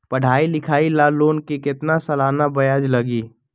पढाई लिखाई ला लोन के कितना सालाना ब्याज लगी?